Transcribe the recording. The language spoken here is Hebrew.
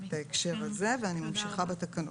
אני ממשיכה בתקנות.